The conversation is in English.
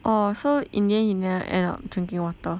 orh so in the end he never end up drinking water